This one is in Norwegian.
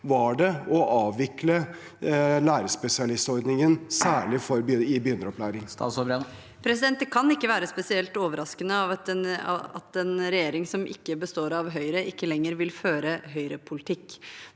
var det å avvikle lærerspesialistordningen, særlig i begynneropplæringen? Statsråd Tonje Brenna Det kan ikke være spesielt overraskende at en regjering som ikke består av Høyre, ikke lenger vil føre Høyre-politikk.